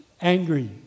angry